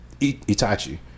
Itachi